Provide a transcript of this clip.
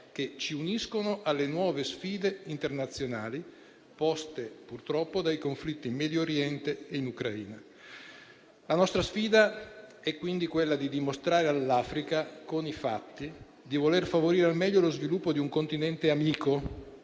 che ci uniscono alle nuove sfide internazionali poste, purtroppo, dai conflitti in Medio Oriente e in Ucraina. La nostra sfida è, quindi, quella di dimostrare all'Africa, con i fatti, di voler favorire al meglio lo sviluppo di un continente amico,